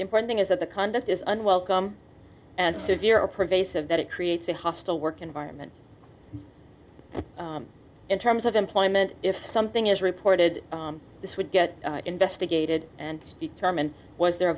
important thing is that the conduct is unwelcome and severe a pervasive that it creates a hostile work environment in terms of employment if something is reported this would get investigated and determine was there a